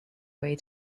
way